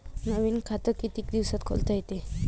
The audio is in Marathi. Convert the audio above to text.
नवीन खात कितीक दिसात खोलता येते?